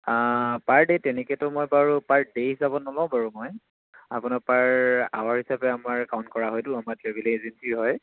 পাৰ day তেনেকৈতো মই বাৰু পাৰ ডে' হিচাপত নলওঁ বাৰু মই আপোনাৰ পাৰ আৱাৰ হিচাপে আমাৰ কাউণ্ট কৰা হয়তো আমাৰ ট্ৰেভেল এজেঞ্চি হয়